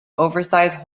oversize